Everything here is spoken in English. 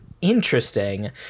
Interesting